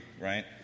right